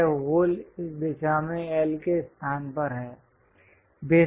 यह होल इस दिशा में L के स्थान पर है